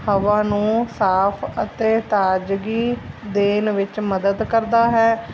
ਹਵਾ ਨੂੰ ਸਾਫ਼ ਅਤੇ ਤਾਜ਼ਗੀ ਦੇਣ ਵਿੱਚ ਮਦਦ ਕਰਦਾ ਹੈ